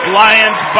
lions